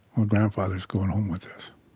our grandfather's going home with us.